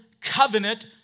covenant